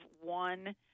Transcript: one